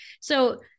So-